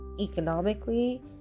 economically